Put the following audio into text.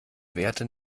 währte